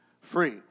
free